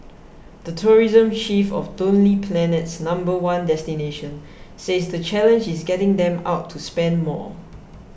the tourism chief of Lonely Planet's number one destination says the challenge is getting them out to spend more